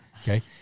Okay